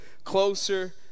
closer